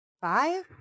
Five